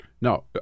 No